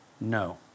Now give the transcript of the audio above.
no